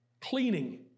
cleaning